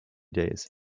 days